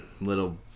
little